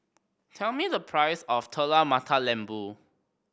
tell me the price of Telur Mata Lembu